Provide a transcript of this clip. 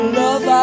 love